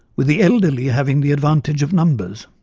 with the elderly having the advantage of numbers.